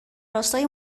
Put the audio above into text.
راستای